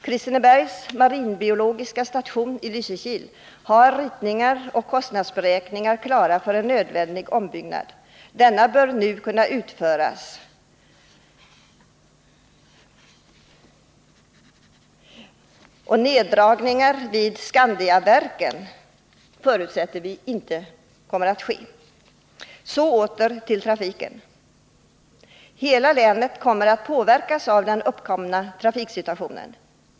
Kristinebergs marinbiologiska station i Lysekil har ritningar och kostnadsberäkningar klara för en nödvändig ombyggnad. Denna bör nu kunna utföras. Neddragningar vid Skandiaverken bör ej ske. Så åter till trafiken. Hela länet kommer att påverkas av den uppkomna trafiksituationen.